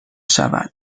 شود